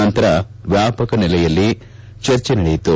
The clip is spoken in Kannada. ನಂತರ ವ್ಲಾಪಕ ನೆಲೆಯಲ್ಲಿ ಚರ್ಚೆ ನಡೆಯಿತು